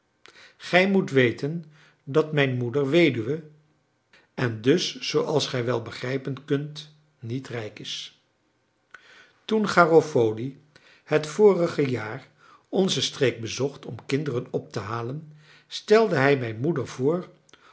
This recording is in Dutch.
gij moet weten dat mijn moeder weduwe en dus zooals gij wel begrijpen kunt niet rijk is toen garofoli het vorige jaar onze streek bezocht om kinderen op te halen stelde hij mijn moeder voor